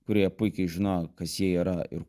kurie puikiai žino kas jie yra ir